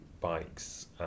bikes